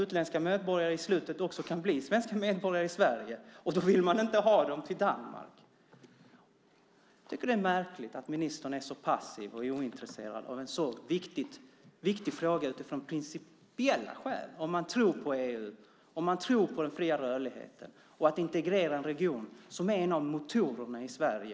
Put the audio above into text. Utländska medborgare kan ju i slutändan bli svenska medborgare, och då vill man inte ha dem till Danmark. Det är märkligt att ministern är så passiv och ointresserad av en utifrån principiella skäl så pass viktig fråga - om man tror på EU, om man tror på den fria rörligheten, om man tror på integreringen av en region som är en av motorerna i Sverige.